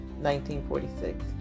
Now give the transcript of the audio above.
1946